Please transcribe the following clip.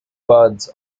buds